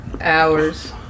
hours